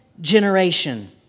generation